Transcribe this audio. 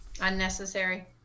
unnecessary